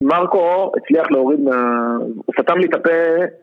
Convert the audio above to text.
מרקו הצליח להוריד מה... הוא סתם לי את הפה